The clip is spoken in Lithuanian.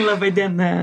laba diena